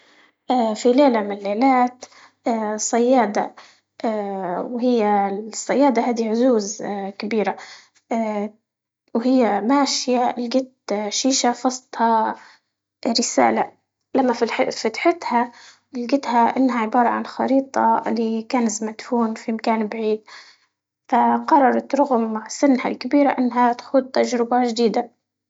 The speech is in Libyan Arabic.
اه في ليلة من ليلات اه صيادة. اه وهي الصيادة ابي عزوز اه كبيرة، اه وهي ماشية القد اه شيشة وسط اه رسالة، لما في فتحتها لقيتها انها عبارة عن خريطة اللي كنخ مدفون في بعيد، فقررت رغم سنها الكبيرة انها تخوض تجربة جديدة.